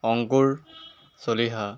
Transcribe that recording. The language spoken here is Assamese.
অংকুৰ চলিহা